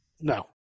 No